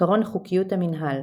עקרון חוקיות המינהל